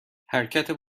حرکت